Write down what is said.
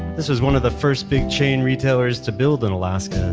this was one of the first big chain retailers to build in alaska.